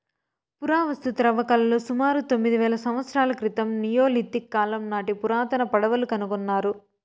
పురావస్తు త్రవ్వకాలలో సుమారు తొమ్మిది వేల సంవత్సరాల క్రితం నియోలిథిక్ కాలం నాటి పురాతన పడవలు కనుకొన్నారు